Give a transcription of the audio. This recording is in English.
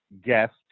guest